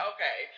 Okay